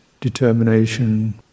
determination